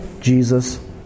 Jesus